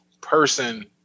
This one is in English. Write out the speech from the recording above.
person